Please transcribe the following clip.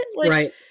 Right